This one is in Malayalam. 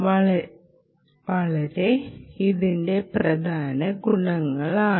ഇവയെല്ലാം ഇതിന്റെ പ്രധാന ഗുണങ്ങളാണ്